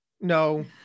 no